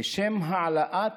לשם העלאת